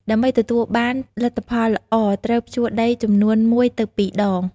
ដើម្បីទទួលបានលទ្ធផលល្អ ត្រូវភ្ជួរដីចំនួន ១ទៅ២ ដង។